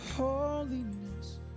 Holiness